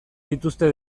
dituzte